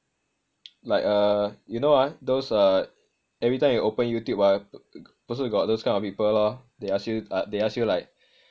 like uh you know ah those uh everytime you open YouTube ah also got those kind of people lor they ask you they ask you like